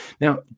Now